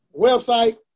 Website